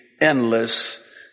endless